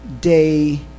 day